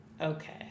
Okay